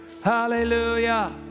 Hallelujah